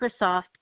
Microsoft